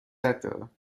دارم